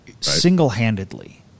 single-handedly